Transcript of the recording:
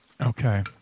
Okay